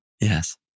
Yes